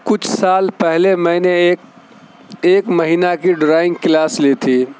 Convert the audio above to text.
کچھ سال پہلے میں نے ایک ایک مہینہ کی ڈرائنگ کلاس لی تھی